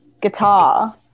guitar